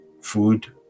food